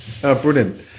Brilliant